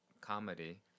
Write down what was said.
comedy